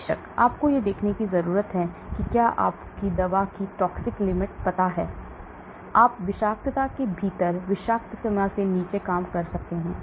बेशक आपको यह देखने की ज़रूरत है कि क्या आपको दवा की विषाक्त सीमा पता है आप विषाक्तता के भीतर विषाक्त सीमा से नीचे काम करते हैं